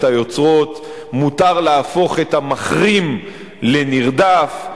היוצרות: מותר להפוך את המחרים לנרדף,